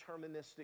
deterministic